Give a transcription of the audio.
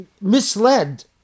misled